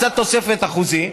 קצת תוספת אחוזים.